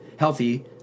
healthy